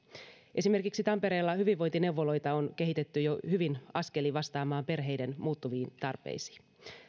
esimerkiksi tampereella hyvinvointineuvoloita on kehitetty jo hyvin askelin vastaamaan perheiden muuttuviin tarpeisiin